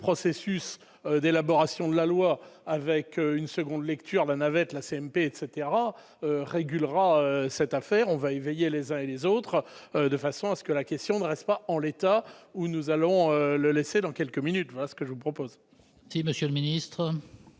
le processus d'élaboration de la loi avec une seconde lecture la navette la CMP etc régule rend cette affaire on va veiller les uns et les autres, de façon à ce que la question respect pas en l'état où nous allons le laisser dans quelques minutes, voilà ce que je propose. Si Monsieur le ministre.